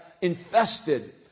infested